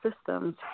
systems